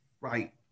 Right